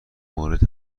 مورد